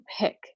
pick